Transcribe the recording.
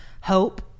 hope